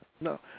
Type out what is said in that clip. No